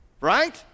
Right